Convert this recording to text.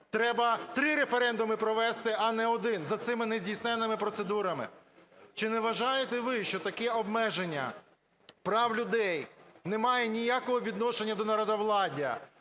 треба три референдуми провести, а не один за цими нездійсненними процедурами. Чи не вважаєте ви, що таке обмеження прав людей не має ніякого відношення до народовладдя,